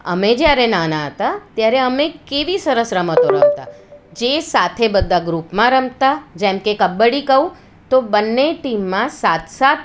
અમે જ્યારે નાના હતા ત્યારે અમે કેવી સરસ રમતો રમતા હતાં જે સાથે બધા ગ્રુપમાં રમતા જેમ કે કબડ્ડી કહું તો બંને ટીમમાં સાત સાત